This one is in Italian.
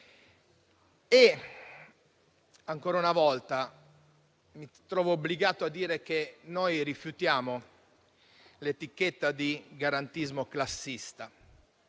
Ancora una volta mi trovo obbligato a dire che noi rifiutiamo l'etichetta di garantismo classista